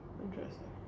Interesting